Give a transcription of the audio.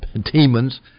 demons